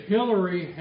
Hillary